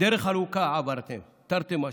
דרך ארוכה עברתם, תרתי משמע: